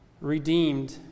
redeemed